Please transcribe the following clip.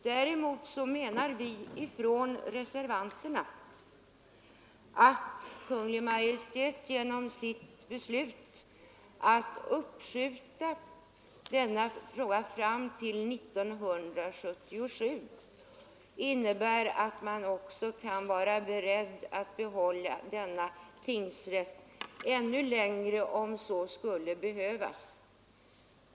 Däremot menar vi reservanter att Kungl. Maj:ts beslut att 25 april 1974 skjuta denna fråga fram till 1977 innebär, att man också kan vara beredd att behålla Nedansiljans tingsrätt ännu längre, om så skulle behövas.